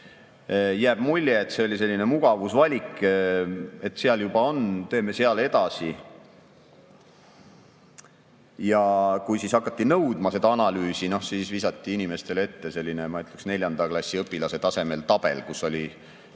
Jääb mulje, et see oli selline mugavusvalik, et seal juba on, teeme seal edasi. Ja kui siis hakati nõudma seda analüüsi, siis visati inimestele ette selline, ma ütleksin, neljanda klassi õpilase tasemel tabel, kus oli